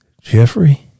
Jeffrey